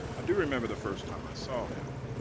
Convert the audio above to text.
i do remember the first time i saw him,